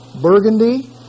Burgundy